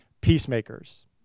peacemakers